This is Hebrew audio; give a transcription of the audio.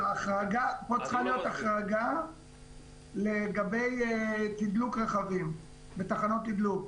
פה צריכה להיות החרגה לגבי תדלוק רכבים בתחנות תדלוק.